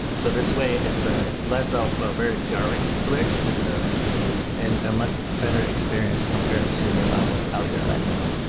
so this way it's ah it's less of ah a very jarring switch and and a much better experience compared to what's out there right now.